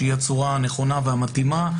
שהיא הצורה הנכונה והמתאימה,